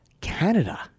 Canada